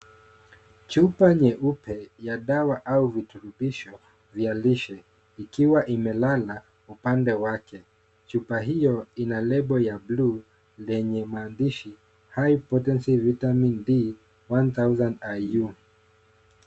Chupa nyeupe ya dawa ama viturubisho vya lishe ukiwa umelala upande wake. Chupa hiyo ina lebo ya buluu lenye maandishi High-potency VITAMIN D 1000 IU .